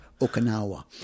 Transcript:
Okinawa